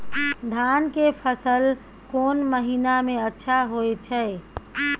धान के फसल कोन महिना में अच्छा होय छै?